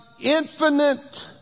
infinite